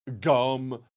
Gum